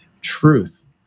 truth